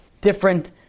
different